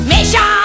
Micha